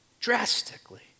drastically